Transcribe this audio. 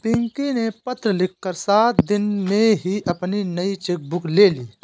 पिंकी ने पत्र लिखकर सात दिन में ही अपनी नयी चेक बुक ले ली